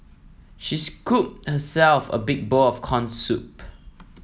she scooped herself a big bowl of corn soup